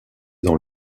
dans